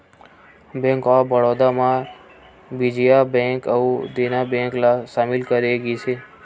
bank of Baroda म Vijaya bank अउ Dena bank ल सामिल करे गिस हे